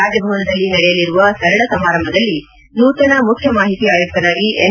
ರಾಜಭವನದಲ್ಲಿ ನಡೆಯಲಿರುವ ಸರಳ ಸಮಾರಂಭದಲ್ಲಿ ನೂತನ ಮುಖ್ಯ ಮಾಹಿತಿ ಆಯುಕ್ತರಾಗಿ ಎನ್